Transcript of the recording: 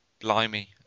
blimey